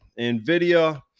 NVIDIA